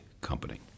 company